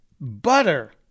Butter